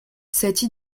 cette